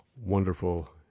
wonderful